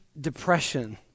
depression